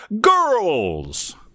girls